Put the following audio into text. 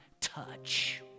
touch